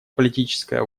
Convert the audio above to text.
политическая